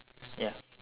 ya